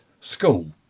school